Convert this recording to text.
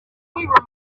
reminded